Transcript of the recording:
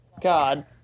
God